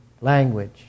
language